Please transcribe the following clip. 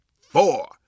four